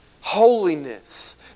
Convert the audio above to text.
holiness